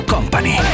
Company